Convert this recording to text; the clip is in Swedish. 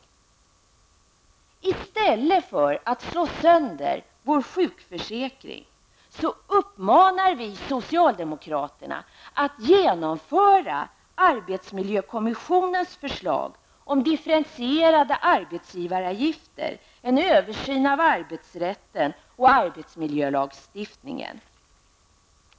Vi uppmanar socialdemokraterna att -- i stället för att slå sönder vår sjukförsäkring -- genomföra arbetsmiljökommissionens förslag om differentierade arbetsgivaravgifter och översyn av arbetsrätten och arbetsmiljölagstiftningen.